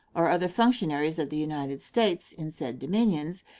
or other functionaries of the united states in said dominions,